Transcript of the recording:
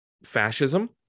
fascism